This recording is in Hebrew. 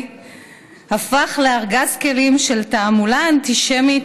הפך לארגז כלים של תעמולה אנטישמית,